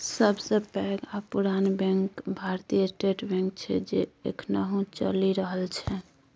सबसँ पैघ आ पुरान बैंक भारतीय स्टेट बैंक छै जे एखनहुँ चलि रहल छै